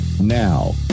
Now